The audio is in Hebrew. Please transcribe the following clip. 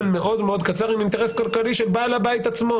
מאוד קצר עם אינטרס כלכלי של בעל הבית עצמו.